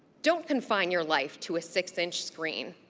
don't confine your life to a six inch screen.